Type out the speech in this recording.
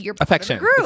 Affection